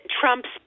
Trump's